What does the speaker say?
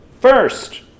First